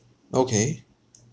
okay